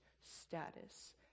status